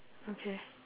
okay